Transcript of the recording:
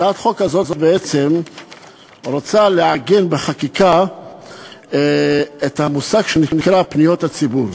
הצעת החוק הזאת בעצם רוצה לעגן בחקיקה את המושג שנקרא פניות הציבור.